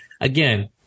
again